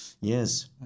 yes